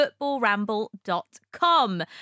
footballramble.com